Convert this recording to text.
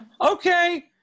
Okay